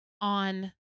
on